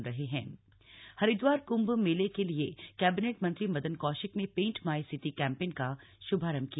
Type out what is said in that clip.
paint my city Haridwar Kumbh मेले के लिए कैबिनेट मंत्री मदन कौशिक ने पेंट माय सिटी कैंपेन का श्भारंभ किया